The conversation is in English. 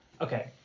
okay